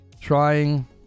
Trying